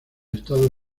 estados